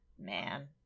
man